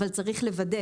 אבל צריך לוודא